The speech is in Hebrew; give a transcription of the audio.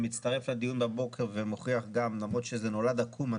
שמצטרף לדיון בבוקר ומוכיח גם למרות שזה נולד עקום,